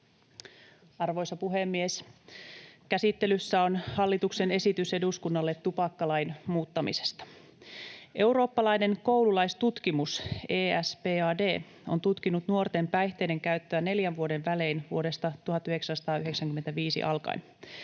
Arvoisa puhemies! Käsittelyssä on hallituksen esitys eduskunnalle tupakkalain muuttamisesta. Eurooppalainen koululaistutkimus ESPAD on tutkinut nuorten päihteiden käyttöä neljän vuoden välein vuodesta 1995 alkaen.